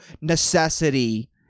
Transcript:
necessity